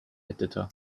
editor